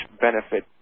benefit